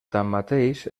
tanmateix